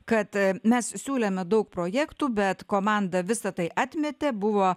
kad mes siūlėme daug projektų bet komanda visa tai atmetė buvo